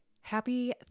Happy